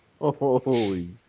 Holy